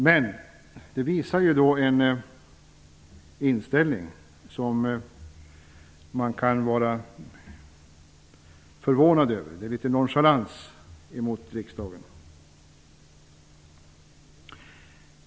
Men det visar på en inställning som man kan vara förvånad över, nämligen litet nonchalans mot riksdagen.